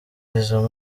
izo